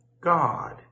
God